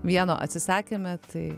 vieno atsisakėme tai